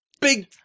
big